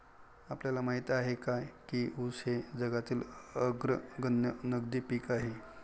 आपल्याला माहित आहे काय की ऊस हे जगातील अग्रगण्य नगदी पीक आहे?